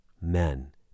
men